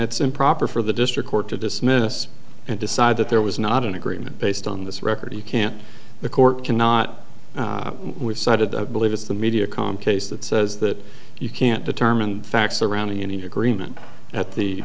it's improper for the district court to dismiss and decide that there was not an agreement based on this record you can't the court cannot we cited i believe it's the media com case that says that you can't determine the facts surrounding any agreement at the